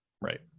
Right